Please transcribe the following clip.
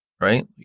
right